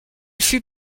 fut